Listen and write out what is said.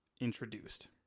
introduced